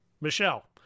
Michelle